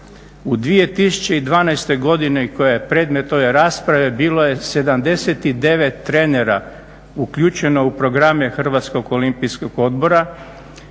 U 2012. godini koja je predmet ove rasprave bilo je 79 trenera uključeno u programe Hrvatskog olimpijskog odbora.